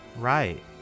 right